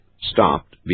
stopped